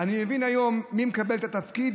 אני מבין היום מי מקבל את התפקיד